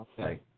Okay